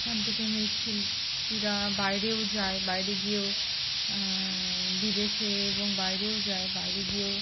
এখান থেকে মৃৎশিল্পীরা বাইরেও যায় বাইরে গিয়েও বিদেশে এবং বাইরেও যায় বাইরে গিয়েও